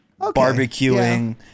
barbecuing